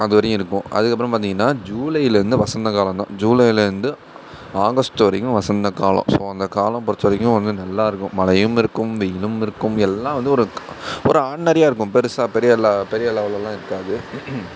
அதுவரையும் இருக்கும் அதுக்கப்புறம் பார்த்திங்கன்னா ஜூலையிலேருந்து வசந்த காலம்தான் ஜூலையில் இருந்து ஆகஸ்ட் வரைக்கும் வசந்த காலம் ஸோ அந்த காலம் பொருத்தவரைக்கும் வந்து நல்லா இருக்கும் மழையும் இருக்கும் வெயிலும் இருக்கும் எல்லாம் வந்து ஒரு ஒரு ஆர்டினரியாக இருக்கும் பெருசாக பெரிய பெரிய லெவலில்லாம் இருக்காது